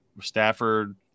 Stafford